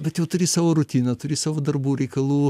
bet jau turi savo rutiną turi savo darbų reikalų